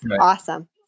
awesome